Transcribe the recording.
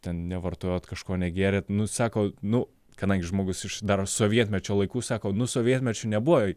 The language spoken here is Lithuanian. ten nevartojot kažko negėrėt nu sako nu kadangi žmogus iš dar sovietmečio laikų sako nu sovietmečiu nebuvo